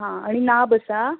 आनी नाब आसा